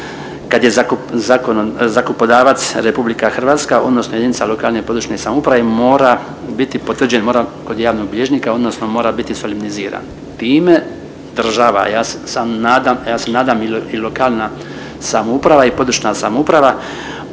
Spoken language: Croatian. kad je zakupodavac RH odnosno jedinica lokalne i područne samouprave mora biti potvrđen, mora kod javnog bilježnika odnosno mora biti solemniziran. Time država ja sam nadam, je se nadam i lokalna samouprava i područna samouprava,